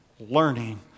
learning